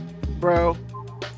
Bro